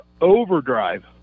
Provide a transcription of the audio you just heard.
overdrive